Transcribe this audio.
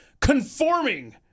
conforming